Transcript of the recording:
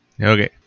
Okay